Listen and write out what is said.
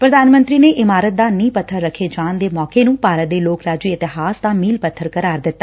ਪ੍ਰਧਾਨ ਮੰਤਰੀ ਨੇ ਇਮਾਰਤ ਦਾ ਨੀਹ ਪੱਬਰ ਰੱਖੇ ਜਾਣ ਦੇ ਮੌਕੇ ਨੂੰ ਭਾਰਤ ਦੇ ਲੋਕਰਾਜੀ ਇਤਿਹਾਸ ਦਾ ਮੀਲ ਪੱਬਰ ਕਰਾਰ ਦਿੱਤਾ